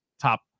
top